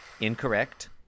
incorrect